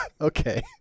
okay